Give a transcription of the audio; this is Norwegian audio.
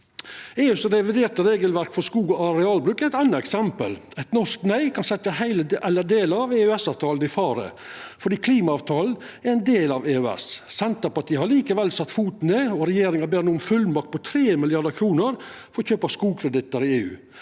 Det reviderte regelverket til EU for skog- og arealbruk er eit anna eksempel. Eit norsk nei kan setja heile eller delar av EØS-avtalen i fare, for klimaavtalen er ein del av EØS. Senterpartiet har likevel sett foten ned. Regjeringa ber no om fullmakt på 3 mrd. kr for å kjøpa skogkredittar i EU,